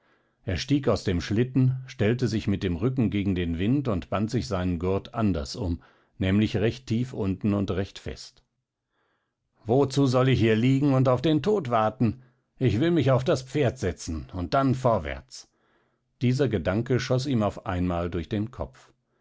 er stieg aus dem schlitten stellte sich mit dem rücken gegen den wind und band sich seinen gurt anders um nämlich recht tief unten und recht fest wozu soll ich hier liegen und auf den tod warten ich will mich auf das pferd setzen und dann vorwärts dieser gedanke schoß ihm auf einmal durch den kopf